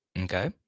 Okay